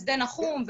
בשדה נחום,